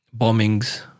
bombings